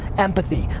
empathy.